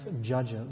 judges